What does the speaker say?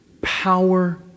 power